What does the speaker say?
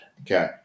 Okay